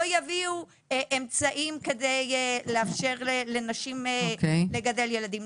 יביאו אמצעים כדי לאפשר לנשים לגדל ילדים.